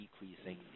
decreasing